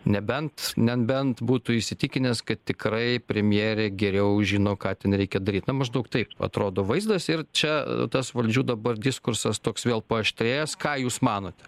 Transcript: nebent nebent būtų įsitikinęs kad tikrai premjerė geriau žino ką ten reikia daryt na maždaug taip atrodo vaizdas ir čia tas valdžių dabar diskursas toks vėl paaštrėjęs ką jūs manotete